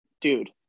dude